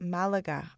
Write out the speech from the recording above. Malaga